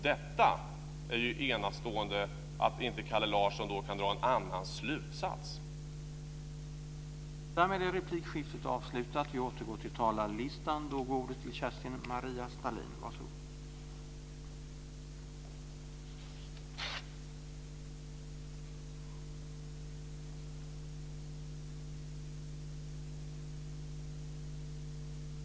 Det är enastående att Kalle Larsson inte kan dra en annan slutsats av detta.